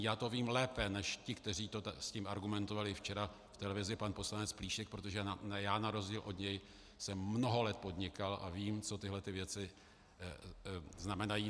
Já to vím lépe než ti, kteří s tím argumentovali včera, v televizi pan poslanec Plíšek, protože já na rozdíl od něj jsem mnoho let podnikal a vím, co tyhlety věci znamenají.